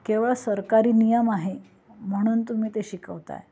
केवळ सरकारी नियम आहे म्हणून तुम्ही ते शिकवताय